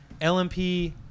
LMP